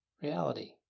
reality